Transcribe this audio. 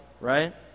right